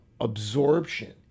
absorption